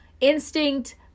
instinct